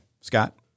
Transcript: Scott